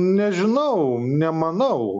nežinau nemanau